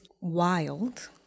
wild